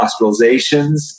hospitalizations